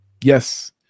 Yes